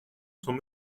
sont